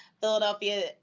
Philadelphia